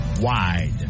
wide